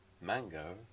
Mango